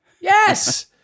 Yes